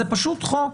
זה פשוט חוק